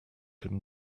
him